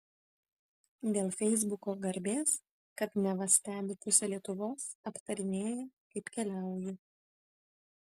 dėl feisbuko garbės kad neva stebi pusė lietuvos aptarinėja kaip keliauju